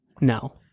No